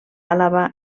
àlaba